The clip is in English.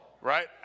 right